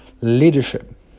leadership